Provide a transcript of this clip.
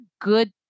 good